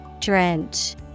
Drench